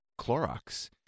Clorox